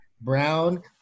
brown